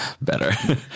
Better